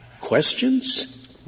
questions